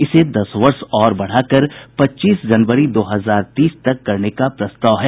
इसे दस वर्ष और बढ़ाकर पच्चीस जनवरी दो हजार तीस तक करने का प्रस्ताव है